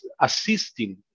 assisting